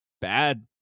Bad